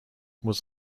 was